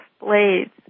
blades